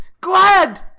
Glad